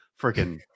freaking